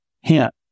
Hint